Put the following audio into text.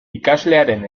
ikaslearen